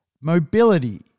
mobility